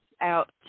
out